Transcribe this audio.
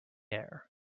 air